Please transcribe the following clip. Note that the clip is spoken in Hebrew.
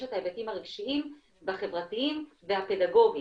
יש את ההיבטים הרגשיים והחברתיים והפדגוגים.